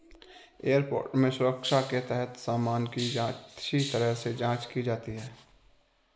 airport में सुरक्षा के तहत सामान की अच्छी तरह से जांच की जाती है